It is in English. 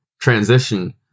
transition